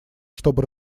чтобы